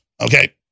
Okay